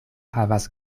havas